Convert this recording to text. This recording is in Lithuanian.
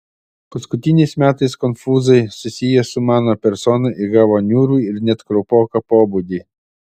paskutiniais metais konfūzai susiję su mano persona įgavo niūrų ir net kraupoką pobūdį